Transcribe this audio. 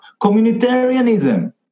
communitarianism